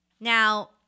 Now